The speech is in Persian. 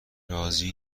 راضی